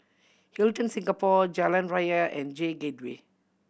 Hilton Singapore Jalan Raya and J Gateway